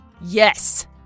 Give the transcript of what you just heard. Yes